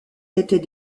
était